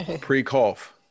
pre-cough